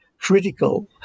Critical